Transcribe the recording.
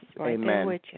amen